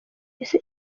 ese